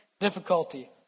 difficulty